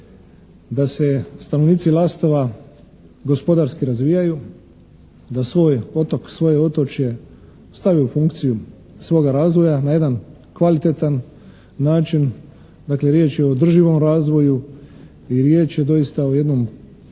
da se stanovnici Lastova gospodarski razvijaju, da svoj otok, svoje otočje stave u funkciju svoga razvoja na jedan kvalitetan način, dakle riječ je o održivom razvoju i riječ je doista o jednom posebno